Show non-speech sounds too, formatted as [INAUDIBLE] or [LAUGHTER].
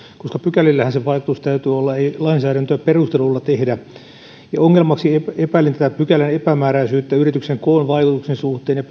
koska pykä lillähän se vaikutus täytyy olla ei lainsäädäntöä perusteluilla tehdä ongelmaksi epäilin tätä pykälän epämääräisyyttä yrityksen koon vaikutuksen suhteen ja [UNINTELLIGIBLE]